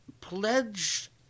pledge